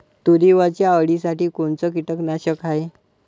तुरीवरच्या अळीसाठी कोनतं कीटकनाशक हाये?